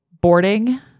boarding